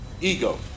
Ego